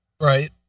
right